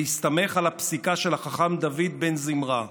בהסתמך על הפסיקה של החכם דוד בן זמרה,